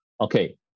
okay